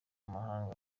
mumahanga